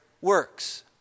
works